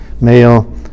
Male